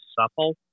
supple